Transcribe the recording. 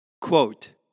Quote